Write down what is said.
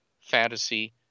fantasy